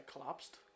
collapsed